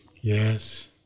Yes